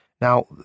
Now